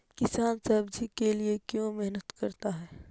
किसान सब्जी के लिए क्यों मेहनत करता है?